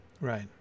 right